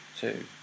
two